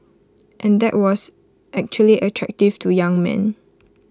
and that was actually attractive to young men